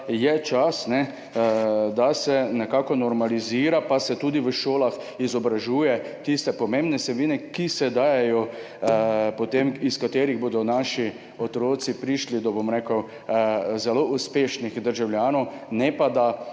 je čas, da se nekako normalizira in se tudi v šolah izobražuje tiste pomembne vsebine, na podlagi katerih bodo naši otroci prišli do zelo uspešnih državljanov, ne pa da